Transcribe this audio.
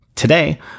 Today